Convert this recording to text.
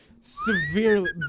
severely